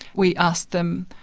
we asked them,